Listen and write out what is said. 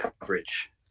coverage